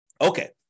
Okay